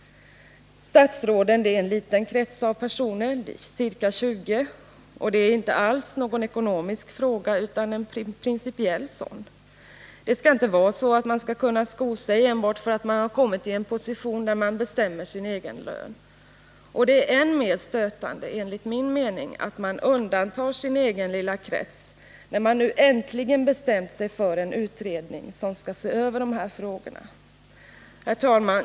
Statsråden är en liten krets av personer, ca 20. Detta är alltså inte någon ekonomisk fråga, utan en principiell sådan. Det får inte vara så att man skall kunna sko sig enbart för att man kommit i en position där man bestämmer sin egen lön. Det är enligt min mening än mer stötande att man undantar sin egen lilla krets, när man nu äntligen bestämt sig för en utredning som skall se över dessa frågor. Herr talman!